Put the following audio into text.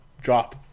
drop